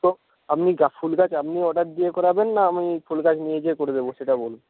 তো আপনি গাছ ফুল গাছ আপনি অর্ডার দিয়ে করাবেন না আমি ফুল গাছ নিয়ে গিয়ে করে দেবো সেটা বলুন